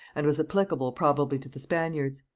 and was applicable probably to the spaniards.